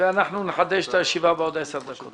ואנחנו נחדש את הישיבה בעוד 10 דקות.